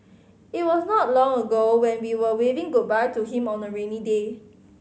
it was not long ago when we were waving goodbye to him on a rainy day